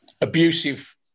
abusive